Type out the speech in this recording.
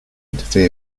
interfere